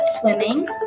swimming